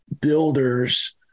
builders